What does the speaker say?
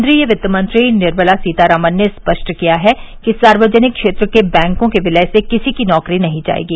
केन्द्रीय वित्त मंत्री निर्मला सीतारामन ने स्पष्ट किया है कि सार्वजनिक क्षेत्र के बैंकों के विलय से किसी की नौकरी नहीं जाएगी